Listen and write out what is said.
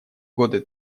годы